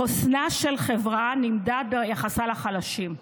חוסנה של חברה נמדד ביחסה לחלשים.